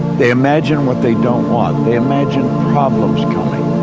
they imagine what they don't want, they imagine problems coming.